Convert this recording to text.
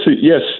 yes